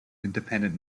independent